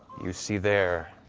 you see there,